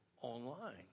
online